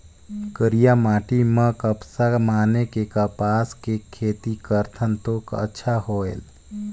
करिया माटी म कपसा माने कि कपास के खेती करथन तो अच्छा होयल?